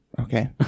Okay